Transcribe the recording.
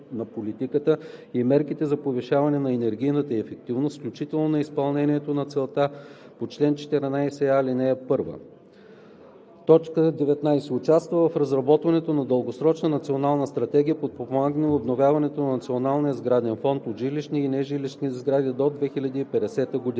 на политиката и мерките за повишаване на енергийната ефективност, включително на изпълнението на целта по чл. 14а, ал. 1; 19. участва в разработването на дългосрочна национална стратегия за подпомагане обновяването на националния сграден фонд от жилищни и нежилищни сгради до 2050 г.;